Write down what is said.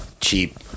cheap